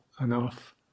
enough